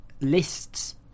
lists